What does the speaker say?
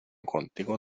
contigo